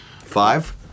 Five